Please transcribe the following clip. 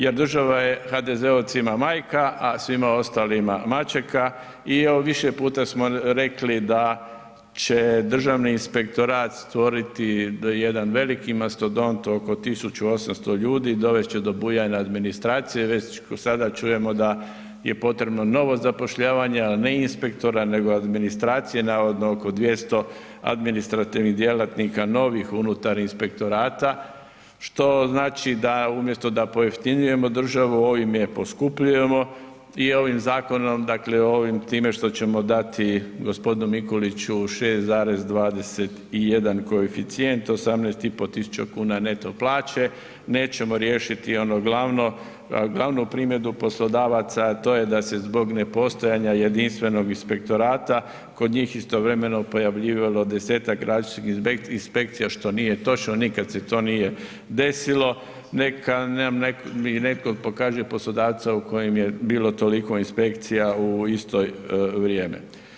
Jer država je HDZ-ovcima majka, a svima ostalima maćeha i evo više puta smo rekli da će Državni inspektorat stvoriti jedan veliki mastodont oko 1.800 ljudi, dovest će do bujanja administracije, već sada čujemo da je potrebno novo zapošljavanje, al ne inspektora nego administracije, navodno oko 200 administrativnih djelatnika novih unutar inspektorata, što znači da umjesto da pojeftinjujemo državu ovim je poskupljujemo i ovim zakonom, dakle ovim, time što ćemo dati gospodinu Mikuliću 6,21 koeficijent, 18.500 kuna neto plaće, nećemo riješiti ono glavno, glavnu primjedbu poslodavaca a to je da zbog nepostojanja jedinstvenog inspektorata, kod njih istovremeno pojavljivalo 10-ak različitih inspekcija što nije točno, nikad se to nije desilo, neka mi netko pokaže poslodavca u kojem je bilo toliko inspekcija u isto vrijeme.